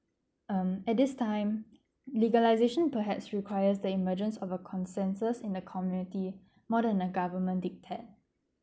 um at this time legalisation perhaps require the emergence of a consensus in the community more than a government dictate